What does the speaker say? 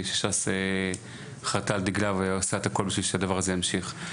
שש"ס חרטה על דגלה ועושה את הכול בשביל שהדבר הזה ימשיך.